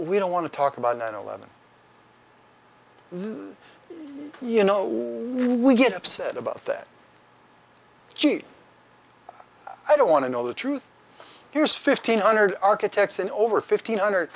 we don't want to talk about nine eleven you know we get upset about that she i don't want to know the truth here's fifteen hundred architects and over fifteen hundred